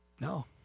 No